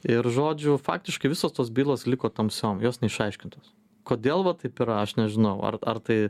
ir žodžiu faktiškai visos tos bylos liko tamsiom jos neišaiškintos kodėl va taip yra aš nežinau ar ar tai